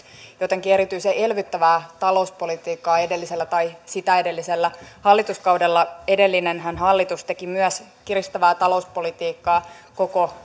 jotenkin erityisen elvyttävää talouspolitiikkaa edellisellä tai sitä edellisellä hallituskaudella edellinen hallitushan teki myös kiristävää talouspolitiikkaa koko